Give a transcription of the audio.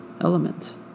elements